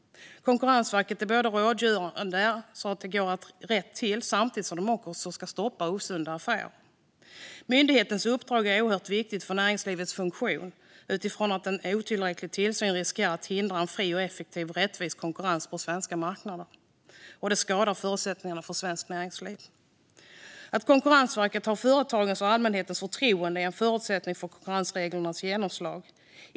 Konkurrensverket är rådgörande, för att det ska gå rätt till, samtidigt som man också ska stoppa osunda affärer. Myndighetens uppdrag är oerhört viktigt för näringslivets funktion, eftersom otillräcklig tillsyn riskerar att hindra fri, effektiv och rättvis konkurrens på svenska marknader. Det skulle skada förutsättningarna för svenskt näringsliv. Att Konkurrensverket har företagens och allmänhetens förtroende är en förutsättning för konkurrensreglernas genomslag.